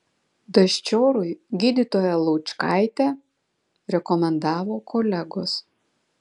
daščiorui gydytoją laučkaitę rekomendavo kolegos